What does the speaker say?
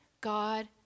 God